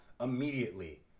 immediately